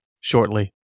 shortly